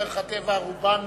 שמדרך הטבע רובן